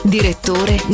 Direttore